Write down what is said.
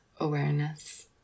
awareness